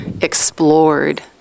explored